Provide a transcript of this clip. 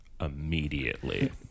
immediately